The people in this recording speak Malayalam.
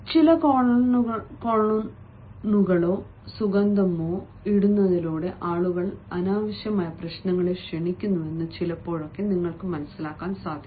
ചില കൊളോണുകളോ സുഗന്ധമോ ഇടുന്നതിലൂടെ ആളുകൾ അനാവശ്യമായി പ്രശ്നങ്ങളെ ക്ഷണിക്കുന്നുവെന്ന് ചിലപ്പോൾ നിങ്ങൾക്കറിയാം